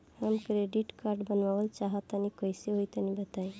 हम credit card बनवावल चाह तनि कइसे होई तनि बताई?